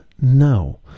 no